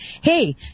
hey